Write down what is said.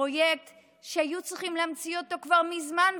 בפרויקט שהיו צריכים להמציא אותו כבר מזמן,